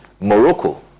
morocco